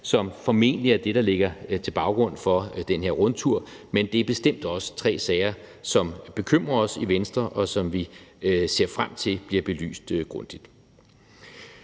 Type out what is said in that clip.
som formentlig er det, der ligger til baggrund for den her rundtur, men det er bestemt også tre sager, som bekymrer os i Venstre, og som vi ser frem til bliver belyst grundigt.